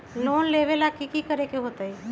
Loan लेबे ला की कि करे के होतई?